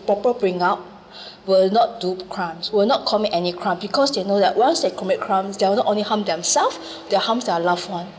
proper bring up will not do crimes will not commit any crime because they know that once they commit crimes they will not only harm them self their harms their loved ones